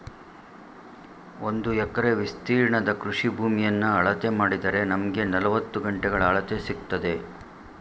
ಒಂದು ಎಕರೆ ವಿಸ್ತೀರ್ಣದ ಕೃಷಿ ಭೂಮಿಯನ್ನ ಅಳತೆ ಮಾಡಿದರೆ ನಮ್ಗೆ ನಲವತ್ತು ಗುಂಟೆಗಳ ಅಳತೆ ಸಿಕ್ತದೆ